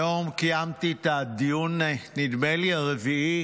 היום קיימתי את הדיון, נדמה לי, הרביעי